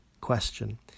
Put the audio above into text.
question